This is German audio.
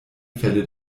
felle